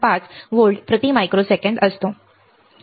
5 volt प्रति microsecond उजवीकडे असतो